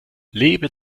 lebe